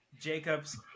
Jacob's